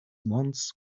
once